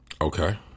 Okay